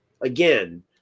again